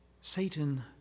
Satan